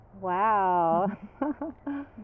Wow